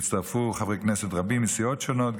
והצטרפו חברי כנסת רבים מסיעות שונות,